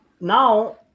now